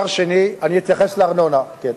זה אומר גם חלוקת הארנונה בין היישובים?